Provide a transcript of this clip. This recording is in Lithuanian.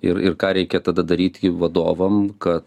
ir ir ką reikia tada daryti vadovam ka